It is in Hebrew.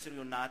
הפרופסור יונת,